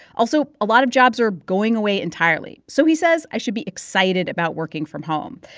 also, a lot of jobs are going away entirely, so he says i should be excited about working from home.